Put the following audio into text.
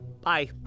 Bye